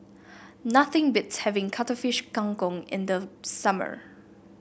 nothing beats having Cuttlefish Kang Kong in the summer